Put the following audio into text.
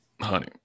honey